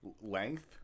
Length